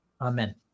Amen